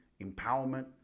empowerment